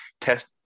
test